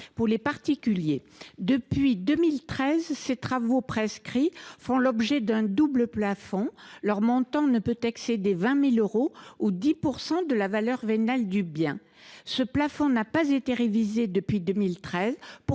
pour les particuliers. Depuis 2013, ces travaux prescrits font l’objet d’un double plafond : leur montant ne peut excéder 20 000 euros ou 10 % de la valeur vénale du bien. Ce plafond n’a pas été révisé depuis 2013.